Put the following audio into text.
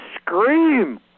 scream